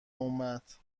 اومد